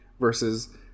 versus